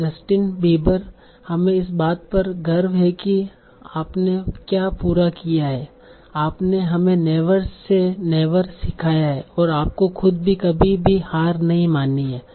तो Justin Bieber हमें इस बात पर गर्व है कि आपने क्या पूरा किया है आपने हमें नेवर से नेवर सिखाया है और आपको खुद भी कभी भी हार नहीं मानी है